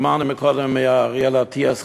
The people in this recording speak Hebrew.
שמענו קודם מאריאל אטיאס,